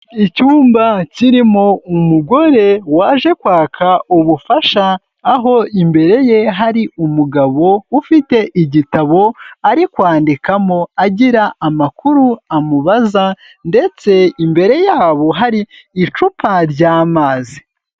Icyumba kirimo umugore waje kwaka ubufasha, aho imbere ye hari umugabo ufite igitabo ari kwandikamo agira amakuru amubaza ndetse imbere yabo hari icupa ry'amazi.